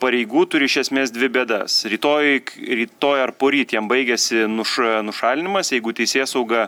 pareigų turi iš esmės dvi bėdas rytoj rytoj ar poryt jam baigiasi nuša nušalinimas jeigu teisėsauga